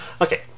Okay